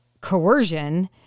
coercion